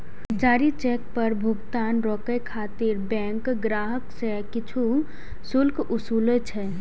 जारी चेक पर भुगतान रोकै खातिर बैंक ग्राहक सं किछु शुल्क ओसूलै छै